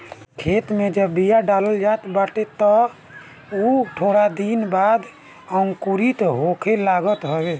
खेते में जब बिया डालल जात बाटे तअ उ थोड़ दिन बाद अंकुरित होखे लागत हवे